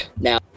Now